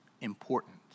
important